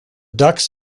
ducks